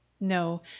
No